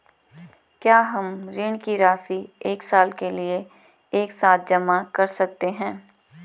क्या हम ऋण की राशि एक साल के लिए एक साथ जमा कर सकते हैं?